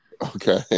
Okay